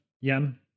yen